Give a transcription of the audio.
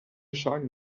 scheine